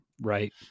right